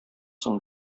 соң